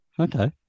Okay